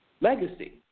legacy